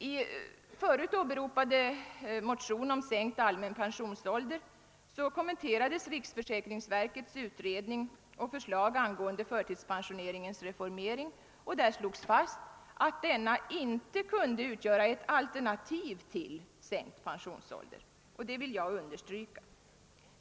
I förut åberopade motion om sänkt allmän pensionsålder kommenterades riksförsäkringsverkets utredning och förslag om reformering av förtidspensioneringen och slogs fast att denna inte kunde utgöra ett alternativ till sänkning av pensionsåldern. Det vill jag understryka.